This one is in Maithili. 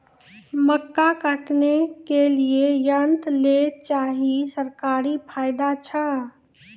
मक्का काटने के लिए यंत्र लेल चाहिए सरकारी फायदा छ?